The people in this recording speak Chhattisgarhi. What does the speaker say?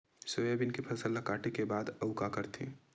सोयाबीन के फसल ल काटे के बाद आऊ का करथे?